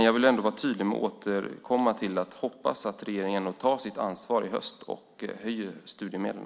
Jag vill ändå vara tydlig och återkomma till att jag hoppas att regeringen tar sitt ansvar i höst och höjer studiemedlen.